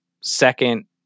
second